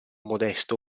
modesto